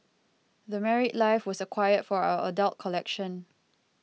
The Married Life was acquired for our adult collection